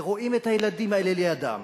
ורואים את הילדים האלה לידן.